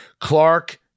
Clark